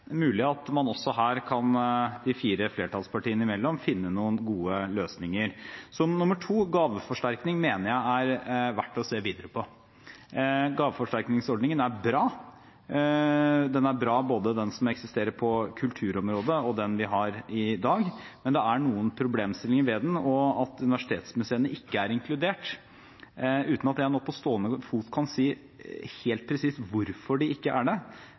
mulig at de fire flertallspartiene også her kan finne noen gode løsninger. Så til gaveforsterkning. Det mener jeg er verdt å se videre på. Gaveforsterkningsordningen er bra. Den er bra både den som eksisterer på kulturområdet, og den vi har i dag, men det er noen problemstillinger ved den. Det at universitetsmuseene ikke er inkludert – uten at jeg nå på stående fot kan si helt presist hvorfor de ikke er det